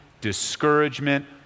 discouragement